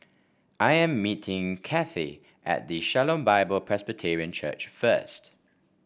I am meeting Cathey at the Shalom Bible Presbyterian Church first